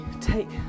take